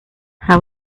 how